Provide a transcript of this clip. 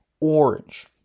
Orange